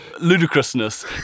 ludicrousness